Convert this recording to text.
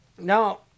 Now